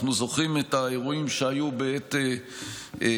אנחנו זוכרים את האירועים שהיו בעת המחאה